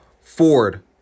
Ford